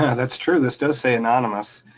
that's true, this does say anonymous.